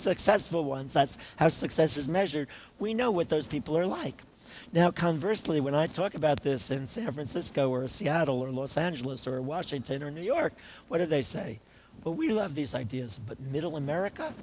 successful ones that's how success is measured we know what those people are like now conversely when i talk about this in san francisco or seattle or los angeles or washington or new york what do they say but we love these ideas but middle america